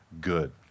good